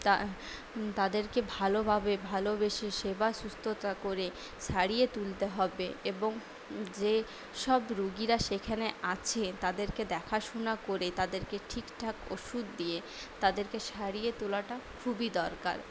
তাদেরকে ভালোভাবে ভালোবেসে সেবা শুশ্রূষা করে সারিয়ে তুলতে হবে এবং যেসব রুগীরা সেখানে আছে তাদেরকে দেখাশুনা করে তাদেরকে ঠিকঠাক ওষুধ দিয়ে তাদেরকে সারিয়ে তোলাটা খুবই দরকার